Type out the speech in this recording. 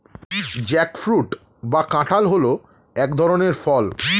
jackfruit বা কাঁঠাল হল এক ধরনের ফল